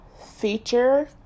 feature